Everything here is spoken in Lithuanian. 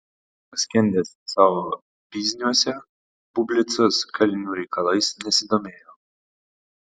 paskendęs savo bizniuose bublicas kalinių reikalais nesidomėjo